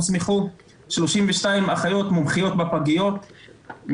הוסמכו 32 אחיות מומחיות בפגיות,